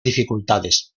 dificultades